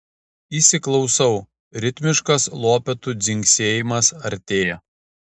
įsiklausau ritmiškas lopetų dzingsėjimas artėja